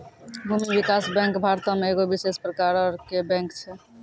भूमि विकास बैंक भारतो मे एगो विशेष प्रकारो के बैंक छै